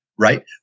Right